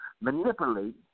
manipulate